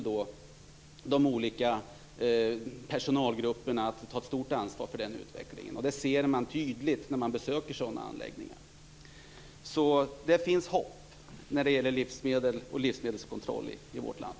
De olika personalgrupperna får ta ett stort ansvar för utvecklingen. Det ser man tydligt när man besöker sådana anläggningar. Så det finns hopp när det gäller livsmedel och livsmedelskontroll i vårt land.